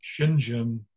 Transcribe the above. Shinjin